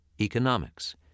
economics